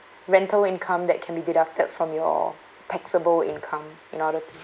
rental income that can be deducted from your taxable income in order t~